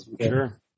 Sure